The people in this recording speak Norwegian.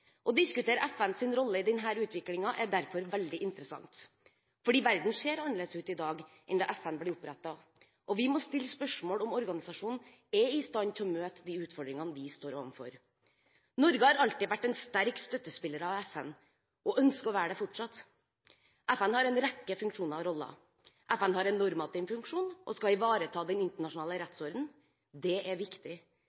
Å diskutere FNs rolle i denne utviklingen er derfor veldig interessant, for verden ser annerledes ut i dag enn den gjorde da FN ble opprettet. Vi må stille spørsmål ved om organisasjonen er i stand til å møte de utfordringene vi står overfor. Norge har alltid vært en sterk støttespiller for FN, og ønsker fortsatt å være det. FN har en rekke funksjoner og roller. FN har en normativ funksjon og skal ivareta den internasjonale